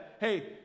hey